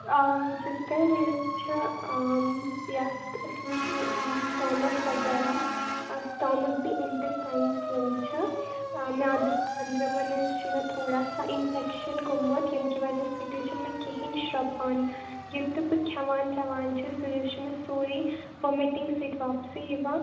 sister مےٚ حظ چھِ یَتھ اَصلی یُس مےٚ سٹامَک وَغیرہ ہس تامت بیٚیہِ اِنٹیٚسٹایِنٕز یِم چھِ مِیادَس أنٛدرَمَن حظ چھُ مےٚ تھوڑا سا اِنفیٚکشٮ۪ن گوٚومُت ییٚمہِ کہِ وَجہ سۭتۍ حظ چھُنہٕ مےٚ کِہیٖنۍ شرٛپان یہِ تہِ بہٕ کھٮ۪وان چٮ۪وان چھس سُہ حظ چھُ مےٚ سورُے وامِٹِنٛگ سۭتۍ واپسٕے یِوان